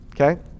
okay